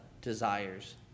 desires